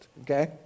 okay